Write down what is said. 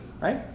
right